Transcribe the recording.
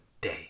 day